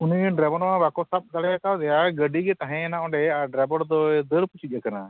ᱩᱱᱤ ᱰᱨᱟᱭᱵᱟᱨ ᱢᱟ ᱵᱟᱠᱚ ᱥᱟᱵ ᱫᱟᱲᱮ ᱠᱟᱣᱫᱮᱭᱟ ᱜᱟᱰᱤᱜᱮ ᱛᱟᱦᱮᱸᱭᱱᱟ ᱚᱸᱰᱮ ᱟᱨ ᱰᱨᱟᱭᱵᱚᱨ ᱫᱚᱭ ᱫᱟᱹᱲ ᱯᱩᱪᱩᱡ ᱟᱠᱟᱱᱟ